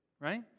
right